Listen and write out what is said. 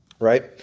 right